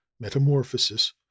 Metamorphosis